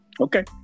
Okay